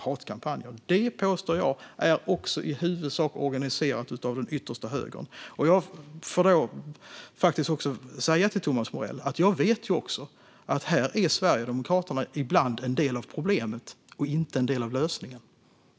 Jag påstår att detta i huvudsak är organiserat av den yttersta högern. Jag måste få säga till Thomas Morell att jag ju vet att Sverigedemokraterna ibland är en del av problemet här, inte en del av lösningen.